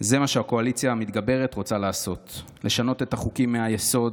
-- זה מה שהקואליציה המתגברת רוצה לעשות: לשנות את החוקים מהיסוד,